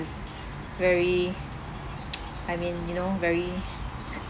very I mean you know very